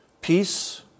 Peace